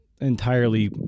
entirely